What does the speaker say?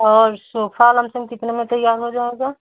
और sofa lump sum कितने में तैयार हो जाएगा